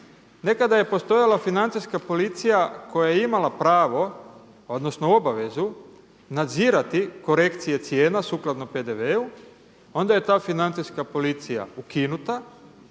Nekada je postojala financijska policija koja je imala pravo odnosno obavezu nadzirati korekcije cijena sukladno PDV-u, onda je ta financijska policija ukinuta,